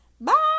bye